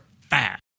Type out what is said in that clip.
fat